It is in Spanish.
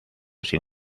sin